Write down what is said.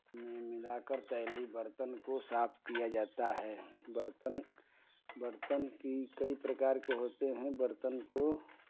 में मिला कर तैलीय बर्तन को साफ किया जाता है बर्तन बर्तन की कई प्रकार के होते हैं बर्तन को